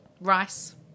rice